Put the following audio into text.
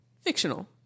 fictional